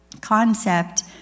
concept